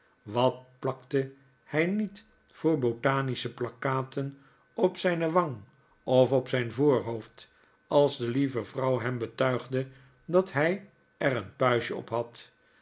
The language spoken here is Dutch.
wat plakte hij niet voor botanische plakkaten op zyne wang of op zyn voorhoofd als de lieve vrouw hem betuigde dat hij er een puistje op had